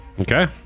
Okay